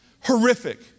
horrific